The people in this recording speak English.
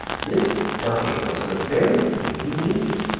this ducking was the very thing he needed.